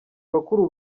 bakuru